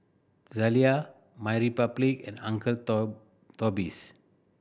Zalia MyRepublic and Uncle Toby's